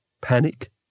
Panic